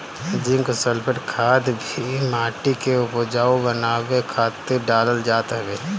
zinc sulphate खाद भी माटी के उपजाऊ बनावे खातिर डालल जात हवे